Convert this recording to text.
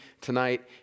tonight